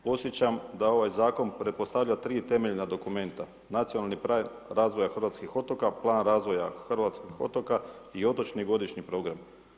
Podsjećam da ovaj Zakon pretpostavlja 3 temeljna dokumenta, Nacionalni plan razvoja hrvatskih otoka, Plan razvoja hrvatskih otoka i Otočni godišnji program.